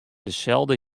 deselde